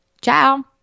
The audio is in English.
Ciao